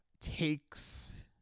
takes